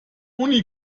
uni